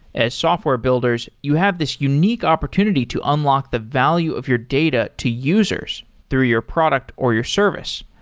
as software builders, you have this unique opportunity to unlock the value of your data to users through your product or your service.